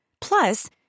Plus